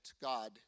God